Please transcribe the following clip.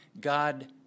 God